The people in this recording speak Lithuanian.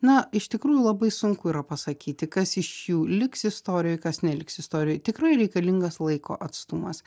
na iš tikrųjų labai sunku yra pasakyti kas iš jų liks istorijoj kas neliks istorijoj tikrai reikalingas laiko atstumas